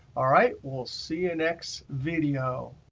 all right. we'll see you next video.